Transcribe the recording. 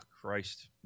Christ